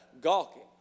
gawking